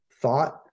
thought